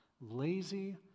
lazy